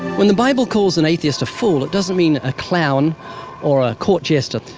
when the bible calls an atheist a fool, it doesn't mean a clown or a court jester.